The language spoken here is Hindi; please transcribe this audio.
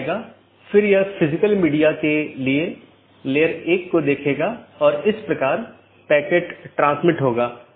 तो यह एक तरह से पिंगिंग है और एक नियमित अंतराल पर की जाती है